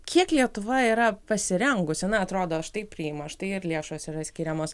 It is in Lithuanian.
kiek lietuva yra pasirengusi na atrodo štai priima štai ir lėšos yra skiriamos